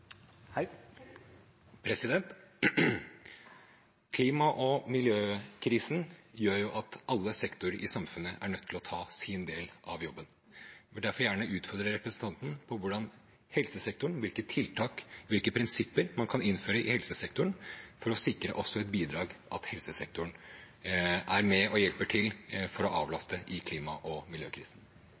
nødt til å ta sin del av jobben. Jeg vil derfor gjerne utfordre representanten Ojala på hvilke tiltak og prinsipper man kan innføre i helsesektoren for å sikre at også helsesektoren er med og hjelper til med å avlaste i klima- og miljøkrisen.